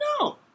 no